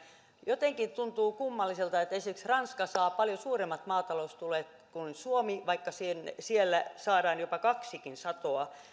jotenkin tuntuu kummalliselta että esimerkiksi ranska saa paljon suuremmat maataloustuet kuin suomi vaikka siellä saadaan jopa kaksikin satoa